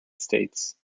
states